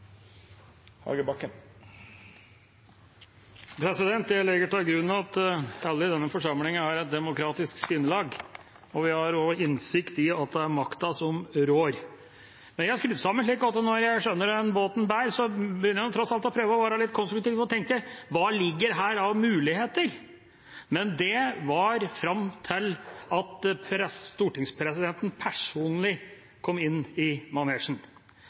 Jeg legger til grunn at alle i denne forsamlingen har et demokratisk sinnelag, og vi har også innsikt i at det er makta som rår. Men jeg er skrudd sammen slik at når jeg skjønner hvor det bærer, begynner jeg tross alt å være litt konstruktiv og tenker: Hva ligger det her av muligheter? Men det var fram til stortingspresidenten personlig kom inn i manesjen.